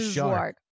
Shark